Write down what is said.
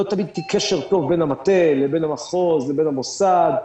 לא תמיד קשר טוב בין המטה לבין המחוז לבין המוסד,